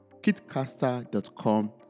kitcaster.com